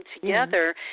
together